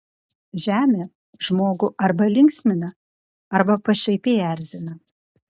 žemė žmogų arba linksmina arba pašaipiai erzina